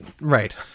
Right